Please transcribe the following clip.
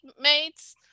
mates